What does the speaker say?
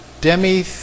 Demi